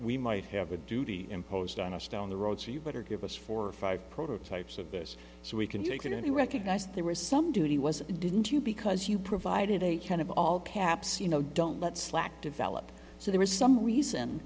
we might have a duty imposed on us down the road so you better give us four or five prototypes of this so we can take it and he recognized there was some duty was it didn't you because you provided a kind of all caps you know don't let slack develop so there is some reason